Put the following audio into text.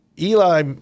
Eli